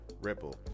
Ripple